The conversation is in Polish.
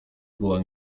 była